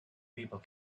people